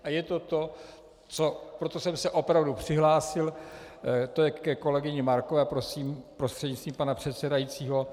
A je to to, co proto jsem se opravdu přihlásil, to je ke kolegyni Markové prostřednictvím pana předsedajícího.